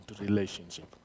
relationship